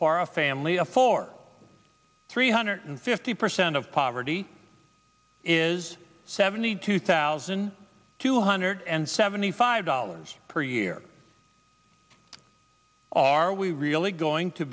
for a family of four three hundred fifty percent of poverty is seventy two thousand thousand two hundred and seventy five dollars per year are we really going to